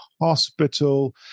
hospital